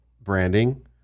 branding